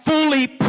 fully